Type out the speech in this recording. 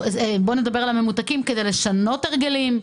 נדבר על הממותקים כדי לשנות הרגלים.